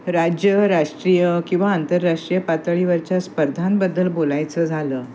राज्य राष्ट्रीय किंवा आंतरराष्ट्रीय पातळीवरच्या स्पर्धांबद्दल बोलायचं झालं